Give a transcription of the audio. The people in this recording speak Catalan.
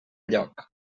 lloc